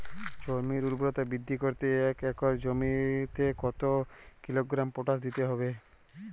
জমির ঊর্বরতা বৃদ্ধি করতে এক একর জমিতে কত কিলোগ্রাম পটাশ দিতে হবে?